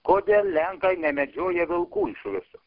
kodėl lenkai nemedžioja vilkų iš viso